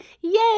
Yay